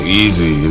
easy